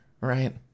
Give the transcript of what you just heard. right